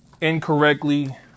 incorrectly